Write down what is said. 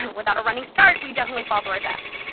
without a running start we'd definitely fall to our deaths.